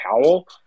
Powell